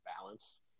balance